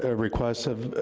her request of,